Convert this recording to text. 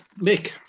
Mick